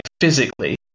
physically